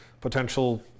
potential